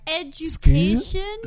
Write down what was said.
education